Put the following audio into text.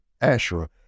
Asherah